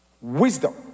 Wisdom